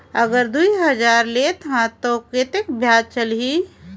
अगर दुई हजार लेत हो ता कतेक ब्याज चलही?